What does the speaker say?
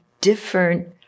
different